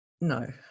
no